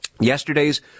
Yesterday's